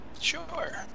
Sure